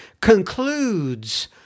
concludes